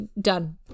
done